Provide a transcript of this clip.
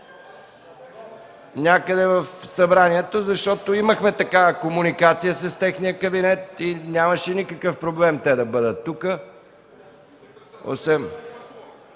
някъде в Събранието, защото имахме такава комуникация с техния кабинет и нямаше никакъв проблем да бъдат тук.